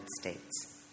States